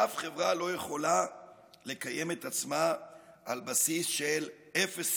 אף חברה לא יכולה לקיים את עצמה על בסיס של אפס סיכונים.